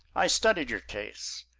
i studied your case.